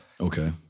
Okay